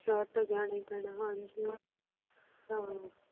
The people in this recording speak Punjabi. ਸ਼ਹਿਰ ਤਾਂ ਜਾਣਾ ਹੀ ਪੈਣਾ ਹਾਂਜੀ ਹਾਂ